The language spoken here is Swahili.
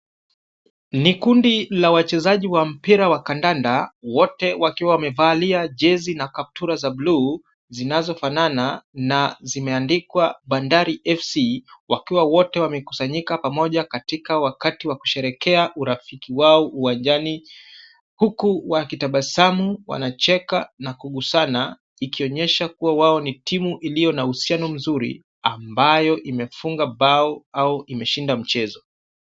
Ni kundi la wachezaji wa mpira wa kandanda wote wakiwa wamevalia jezi na kaptura za bluu zinazofanana na zimeandikwa Bandari FC wakiwa wote wamekusanyika pamoja katika wakati wa kusherekea urafiki wao uwanjani huku wakitabasamu wanacheka na kugusana ikionyesha kuwa wao ni timu iliyo na uhusiano mzuri ambao umefunga bao au umeshinda mchezo.